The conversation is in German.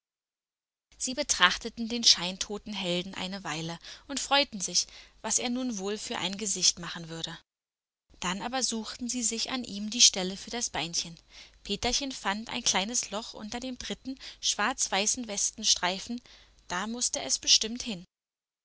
sie betrachteten den scheintoten helden eine weile und freuten sich was er nun wohl für ein gesicht machen würde dann aber suchten sie sich an ihm die stelle für das beinchen peterchen fand ein kleines loch unter dem dritten schwarz weißen westenstreifen da mußte es bestimmt hin